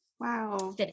Wow